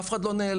אף אחד לא נעלם,